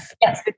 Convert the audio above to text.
yes